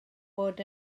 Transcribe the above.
bod